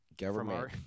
government